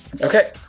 Okay